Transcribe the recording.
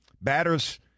Batters